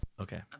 Okay